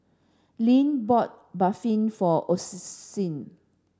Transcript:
Link bought Barfi for